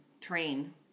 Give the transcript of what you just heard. Train